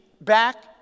back